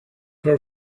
her